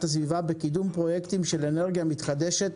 הסביבה בקידום פרויקטים של אנרגיה מתחדשת